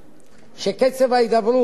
לבוא ולומר לאוצר: